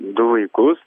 du vaikus